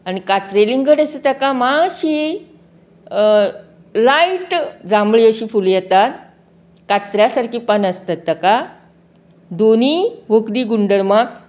आनी कातरी लिंगकडे ताका मात्शीं लायट जांबळी अशीं फूल येतात कातऱ्या सारकी पानां आसतात ताका दोनीय वखदी गुणधर्माक